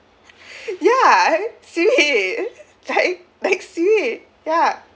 ya seaweed like like seaweed yah